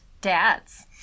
dads